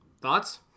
Thoughts